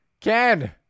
Ken